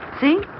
See